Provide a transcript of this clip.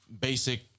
basic